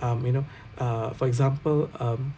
um you know uh for example um